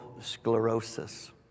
sclerosis